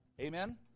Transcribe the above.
Amen